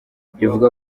rivuga